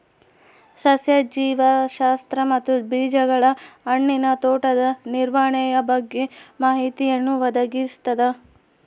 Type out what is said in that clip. ಸಸ್ಯ ಜೀವಶಾಸ್ತ್ರ ಮತ್ತು ಬೀಜಗಳು ಹಣ್ಣಿನ ತೋಟದ ನಿರ್ವಹಣೆಯ ಬಗ್ಗೆ ಮಾಹಿತಿಯನ್ನು ಒದಗಿಸ್ತದ